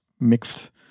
mixed